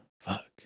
Fuck